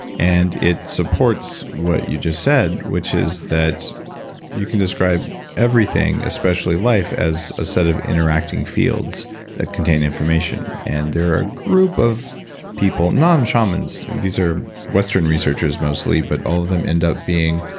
and it supports what you just said, which is that you can describe everything especially life as a set of interacting fields that contain information. and there are group of people, none shamans. these are western researchers mostly but all of them end up being.